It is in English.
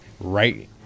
right